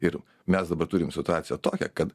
ir mes dabar turim situaciją tokią kad